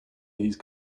these